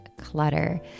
clutter